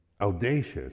audacious